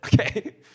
okay